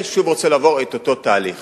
ושוב רוצים לעבור את אותו תהליך.